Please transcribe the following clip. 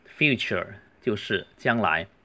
Future就是将来